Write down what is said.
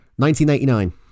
1989